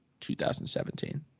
2017